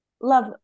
love